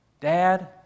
Dad